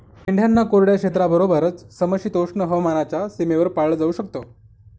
मेंढ्यांना कोरड्या क्षेत्राबरोबरच, समशीतोष्ण हवामानाच्या सीमेवर पाळलं जाऊ शकत